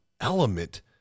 element